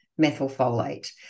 methylfolate